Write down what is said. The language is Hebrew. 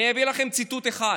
אני אביא לכם ציטוט אחד: